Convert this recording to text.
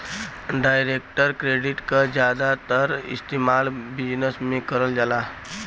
direct credit क जादातर इस्तेमाल बिजनेस में करल जाला